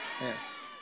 Yes